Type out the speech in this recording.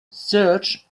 search